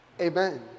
Amen